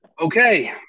okay